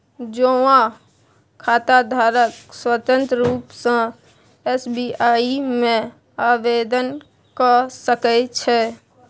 जौंआँ खाताधारक स्वतंत्र रुप सँ एस.बी.आइ मे आवेदन क सकै छै